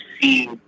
see